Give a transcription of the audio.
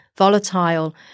volatile